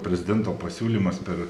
prezidento pasiūlymas per